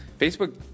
Facebook